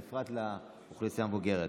בפרט לאוכלוסייה המבוגרת.